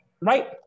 right